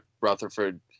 Rutherford